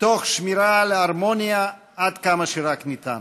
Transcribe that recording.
תוך שמירה על הרמוניה עד כמה שרק ניתן.